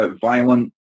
violent